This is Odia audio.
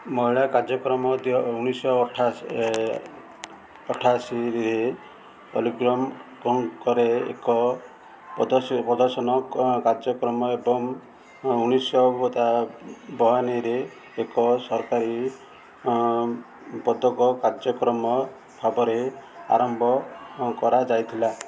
ମହିଳା କାର୍ଯ୍ୟକ୍ରମ ଉଣେଇଶହ ଅଠାଅଶୀ ଅଠାଅଶୀରେ ଅଲିମ୍ପିକ୍ସରେ ଏକ ପ୍ରଦର୍ଶନ କାର୍ଯ୍ୟକ୍ରମ ଏବଂ ଉଣେଇଶହି ବୟାନବେରେ ଏକ ସରକାରୀ ପଦକ କାର୍ଯ୍ୟକ୍ରମ ଭାବରେ ଆରମ୍ଭ କରାଯାଇଥିଲା